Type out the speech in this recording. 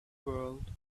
world